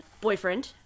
boyfriend